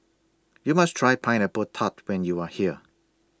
YOU must Try Pineapple Tart when YOU Are here